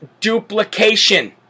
duplication